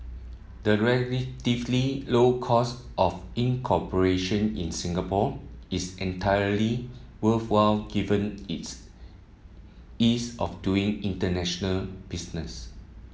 the relatively low cost of incorporation in Singapore is entirely worthwhile given its ease of doing international business